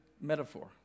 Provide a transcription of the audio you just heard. metaphor